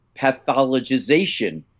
pathologization